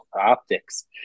optics